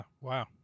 wow